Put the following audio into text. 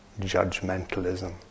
judgmentalism